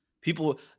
people